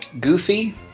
Goofy